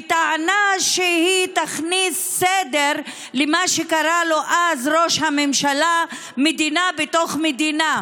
וטענה שהיא תכניס סדר במה שקרא לו אז ראש הממשלה "מדינה בתוך מדינה".